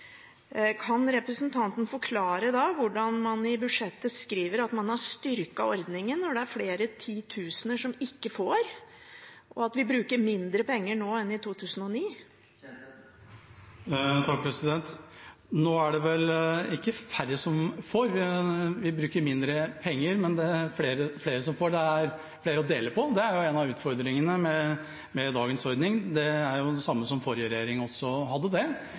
Kan representanten da forklare hvordan man i budsjettet kan skrive at man har styrket ordningen, når det er flere titusener som ikke får, og vi bruker mindre penger nå enn i 2009? Nå er det vel ikke færre som får. Vi bruker mindre penger, men det er flere som får, det er flere å dele på. Det er en av utfordringene med dagens ordning. Det er den samme utfordringen som forrige regjering hadde – å måtte justere bostøtten fordi flere hadde behov. Venstre erkjenner at det